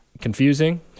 confusing